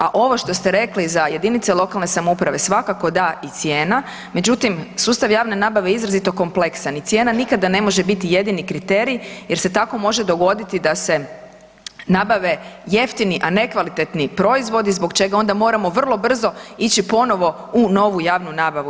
A ovo što ste rekli za jedinice lokalne samouprave, svakako da i cijena, međutim sustav javne nabave je izrazito kompleksan i cijena nikada ne može biti jedini kriterij jer se tako može dogoditi da se nabave jeftini, a nekvalitetni proizvodi zbog čega onda moramo vrlo brzo ići ponovo u novu javnu nabavu.